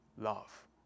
love